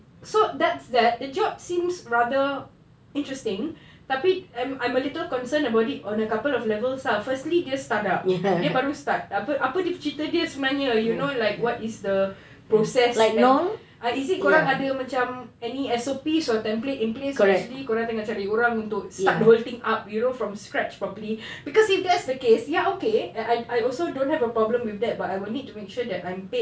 so that's that the job seems rather interesting tapi I'm I'm a little concerned about it on a couple of levels ah firstly dia startup abeh baru start apa apa cerita dia sebenarnya you know like what is the process and is it kau orang ada macam any S_O_P or template in place or actually kau orang tengah cari orang untuk start the whole thing up you know from scratch properly cause if that's the case ya okay I I also don't have problem with that but I would need to make sure that I'm paid